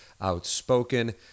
outspoken